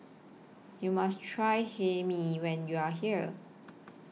YOU must Try Hae Mee when YOU Are here